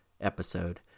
Episode